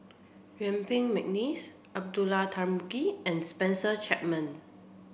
Yuen Peng McNeice Abdullah Tarmugi and Spencer Chapman